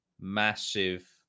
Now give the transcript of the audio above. massive